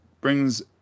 brings